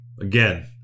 Again